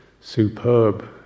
superb